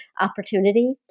opportunity